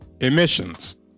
emissions